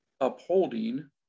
upholding